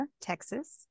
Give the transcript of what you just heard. Texas